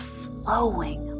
flowing